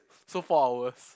so four hours